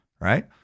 right